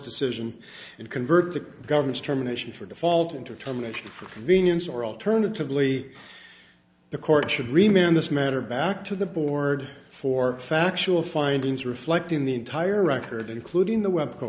decision and convert the government's terminations for default into a termination from venus or alternatively the court should remain on this matter back to the board for factual findings reflecting the entire record including the we